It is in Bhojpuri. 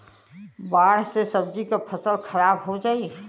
बाढ़ से सब्जी क फसल खराब हो जाई